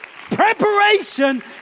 Preparation